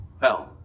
Hell